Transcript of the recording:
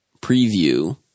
preview